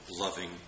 loving